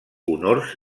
honors